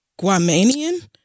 Guamanian